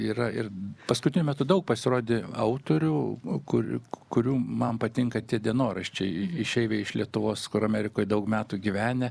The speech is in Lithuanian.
yra ir paskutiniu metu daug pasirodė autorių kūri kurių man patinka tie dienoraščiai išeiviai iš lietuvos kur amerikoj daug metų gyvenę